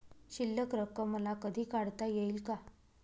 शिल्लक रक्कम मला कधी काढता येईल का?